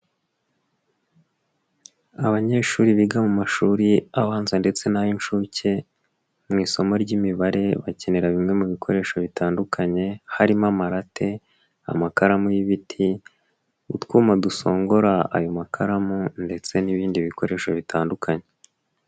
Abanyeshuri biga mu mashuri abanza ndetse n'ay'inshuke mu isomo ry'imibare, bakenera bimwe mu bikoresho bitandukanye harimo amarate, amakaramu y'ibiti, utwuma dusongora ayo makaramu ndetse n'ibindi bikoresho bitandukanye.